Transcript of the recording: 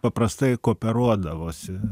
paprastai kooperuodavosi